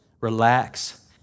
relax